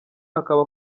akaba